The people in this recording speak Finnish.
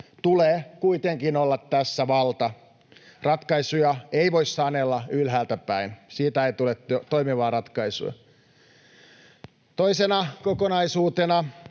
tulee kuitenkin olla tässä valta. Ratkaisuja ei voi sanella ylhäältä päin, siitä ei tule toimivaa ratkaisua. Toisena kokonaisuutena: